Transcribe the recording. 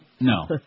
No